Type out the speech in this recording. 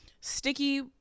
Sticky